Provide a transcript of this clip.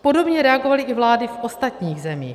Podobně reagovaly i vlády z ostatních zemí.